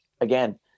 again